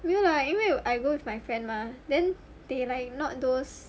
没有啦因为 I go with my friend mah then they like not those